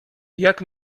jak